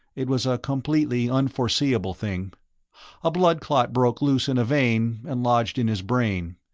it was a completely unforeseeable thing a blood clot broke loose in a vein, and lodged in his brain.